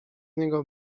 niego